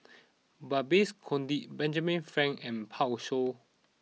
Babes Conde Benjamin Frank and Pan Shou